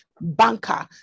banker